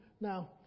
Now